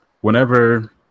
whenever